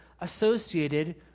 associated